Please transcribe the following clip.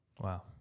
Wow